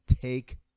take